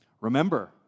Remember